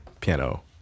piano